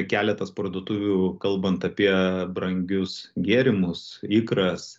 keletas parduotuvių kalbant apie brangius gėrimus ikras